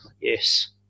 yes